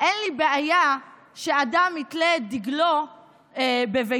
אין לי בעיה שאדם יתלה את דגלו בביתו,